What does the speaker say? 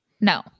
No